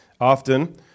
often